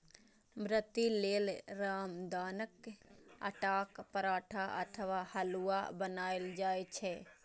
व्रती लेल रामदानाक आटाक पराठा अथवा हलुआ बनाएल जाइ छै